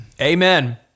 Amen